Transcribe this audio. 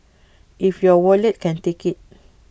if your wallet can take IT